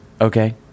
okay